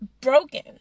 Broken